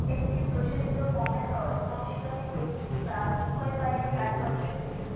একটি প্রচলিত pommel horse অনুশীলনে একটি বা উভয় পায়ের কারুকার্য জড়িত